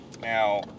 Now